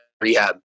rehab